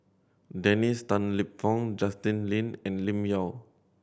Dennis Tan Lip Fong Justin Lean and Lim Yau